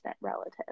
relative